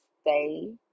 stay